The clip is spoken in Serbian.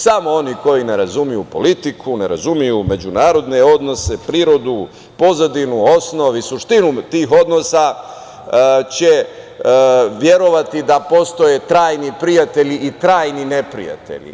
Samo oni koji ne razumeju politiku, ne razumeju međunarodne odnose, prirodu, pozadinu, osnov i suštinu tih odnosa će verovati da postoje trajni prijatelji i trajni neprijatelji.